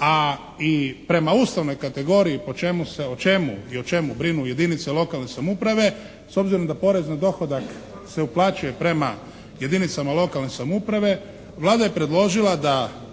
a i prema ustavnoj kategoriji prema čemu se i o čemu se brinu jedinice lokalne samouprave, s obzirom da porez na dohodak se uplaćuje prema jedinicama lokalne samouprave Vlada je predložila da